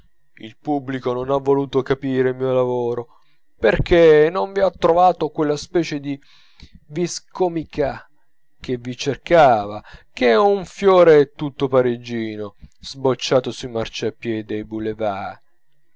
il pubblico non ha voluto capire il mio lavoro perchè non vi ha trovato quella specie di vis comica che vi cercava che è un fiore tutto parigino sbocciato sui marciapiedi dei boulevards